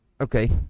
Okay